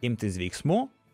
imtis veiksmų